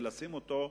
ולשים אותו,